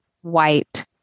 white